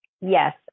Yes